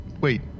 Wait